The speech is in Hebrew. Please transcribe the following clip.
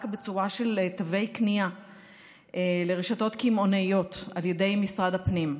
בצורה של תווי קנייה לרשתות קמעונאיות על ידי משרד הפנים.